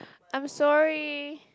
I'm sorry